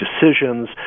decisions